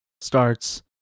starts